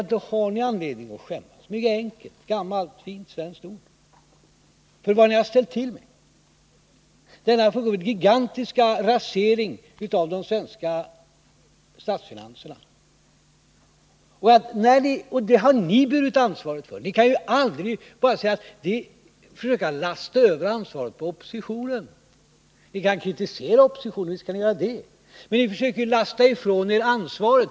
Därför har ni anledning att skämmas — ett mycket enkelt, gammalt, fint svenskt ord — för vad ni har ställt till med, denna fullkomligt gigantiska rasering av de svenska statsfinanserna. Det har ni burit ansvaret för. Ni kan aldrig försöka lasta över ansvaret på oppositionen. Ni kan kritisera oppositionen — visst kan ni göra det. Men ni försöker ju skjuta ifrån er ansvaret.